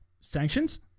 Sanctions